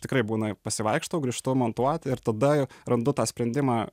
tikrai būna pasivaikštau grįžtu montuot ir tada randu tą sprendimą